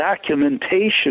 documentation